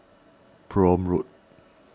Prome Road